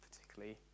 particularly